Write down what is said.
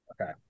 Okay